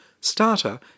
Starter